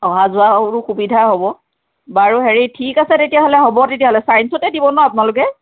অহা যোৱাৰো সুবিধা হ'ব বাৰু হেৰি ঠিক আছে তেতিয়াহ'লে হ'ব তেতিয়াহ'লে চায়েঞ্চতে দিব ন' আপোনালোকে